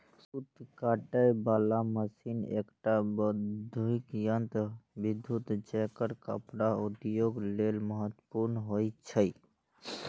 सूत काटे बला मशीन एकटा बहुधुरी यंत्र छियै, जेकर कपड़ा उद्योग लेल महत्वपूर्ण होइ छै